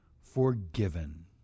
forgiven